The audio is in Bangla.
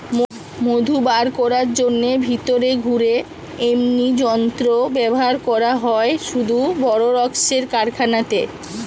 মধু বার কোরার জন্যে ভিতরে ঘুরে এমনি যন্ত্র ব্যাভার করা হয় শুধু বড় রক্মের কারখানাতে